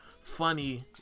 Funny